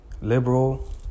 liberal